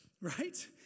Right